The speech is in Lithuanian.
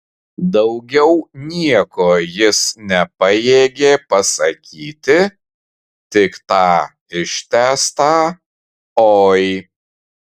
daugiau nieko jis nepajėgė pasakyti tik tą ištęstą oi